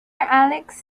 alex